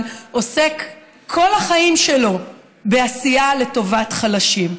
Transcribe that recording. עוסק כל החיים שלו בעשייה לטובת חלשים.